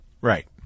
Right